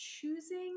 choosing